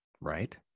right